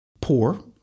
Poor